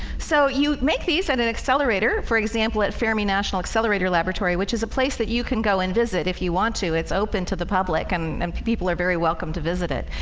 so you make these as and an accelerator for example at fermi national accelerator laboratory which is a place that you can go and visit if you want to it's open to the public and and people are very welcome to visit it.